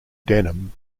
denim